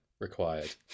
required